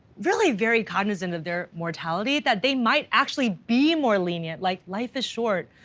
really very cognizant of their mortality, that they might actually be more lenient, like life is short,